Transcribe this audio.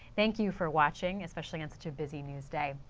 thank you for watching, especially in such a busy news day.